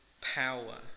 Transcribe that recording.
power